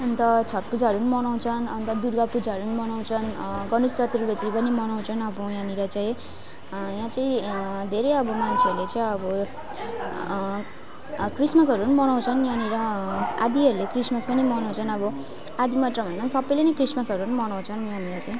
अन्त छट पूजाहरू पनि मनाउँछन् अन्त दुर्गा पूजाहरून् मनाउँछन् गणेश चतर्वेदी पनि मनाउँछन् अब यहाँनिर चाहिँ यहाँ चाहिँ धेरै अब मान्छेहरले चाहिँ अब क्रिसमसहरू पनि मनाउँछन् यहाँनिर आधाहरूले क्रिसमस पनि मनाउँछन् अब आधा मात्रभन्दा पनि सबैले ने क्रिसमसहरू मनाउँछन् यहाँनिर चाहिँ